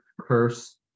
curse